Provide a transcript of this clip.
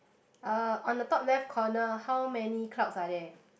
uh on the top left corner how many clouds are there